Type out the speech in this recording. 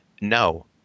no